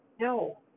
no